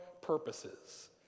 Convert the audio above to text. purposes